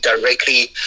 directly